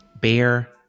Bear